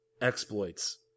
exploits